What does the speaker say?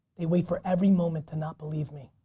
they wait for every moment to not believe me.